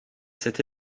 cet